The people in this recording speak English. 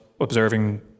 observing